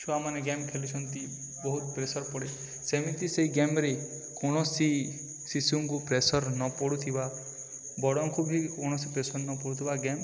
ଛୁଆମାନେ ଗେମ୍ ଖେଳୁଛନ୍ତି ବହୁତ ପ୍ରେସର ପଡ଼େ ସେମିତି ସେଇ ଗେମ୍ରେ କୌଣସି ଶିଶୁଙ୍କୁ ପ୍ରେସର ନ ପଡ଼ୁଥିବା ବଡ଼ଙ୍କୁ ବି କୌଣସି ପ୍ରେସର ନ ପଡ଼ୁଥିବା ଗେମ୍